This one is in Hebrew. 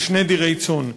ושני דירי צאן.